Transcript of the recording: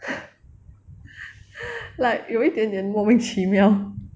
like 有一点点莫名其妙